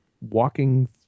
walking